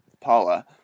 Paula